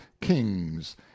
kings